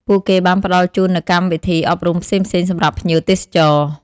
ពួកគេបានផ្តល់ជូននូវកម្មវិធីអប់រំផ្សេងៗសម្រាប់ភ្ញៀវទេសចរ។